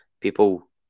people